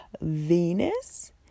Venus